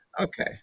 Okay